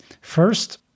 First